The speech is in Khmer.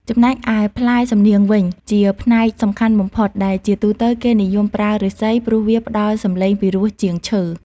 ចំណែកឯផ្លែសំនៀងវិញ ជាផ្នែកសំខាន់បំផុត ដែលជាទូទៅគេនិយមប្រើឫស្សី ព្រោះវាផ្ដល់សំឡេងពីរោះជាងឈើ។